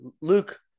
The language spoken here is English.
Luke